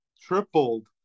tripled